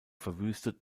verwüstet